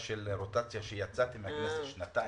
של רוטציה שיצאתי מן הכנסת לשנתיים,